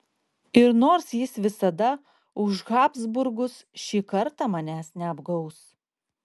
ir nors jis visada už habsburgus ši kartą manęs neapgaus